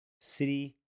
City